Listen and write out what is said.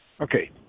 Okay